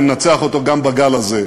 וננצח אותו גם בגל הזה.